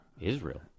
Israel